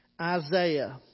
Isaiah